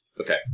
Okay